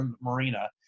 marina